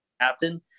captain